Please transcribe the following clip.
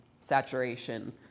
saturation